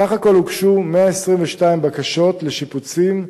סך הכול הוגשו 122 בקשות לשיפוצים,